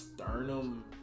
sternum